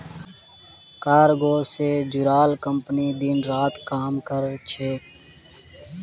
cargo से जुड़ाल company दिन रात काम कर छे